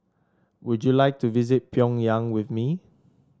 would you like to visit Pyongyang with me